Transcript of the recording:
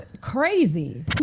crazy